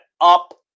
up